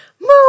move